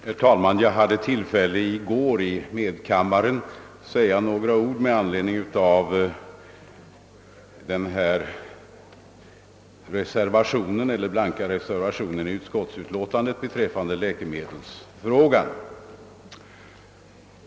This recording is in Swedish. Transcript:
Herr talman! Jag hade i går i medkammaren tillfälle att säga några ord med anledning av den blanka reservationen vid förevarande punkt, som gäller läkemedelsfrågan.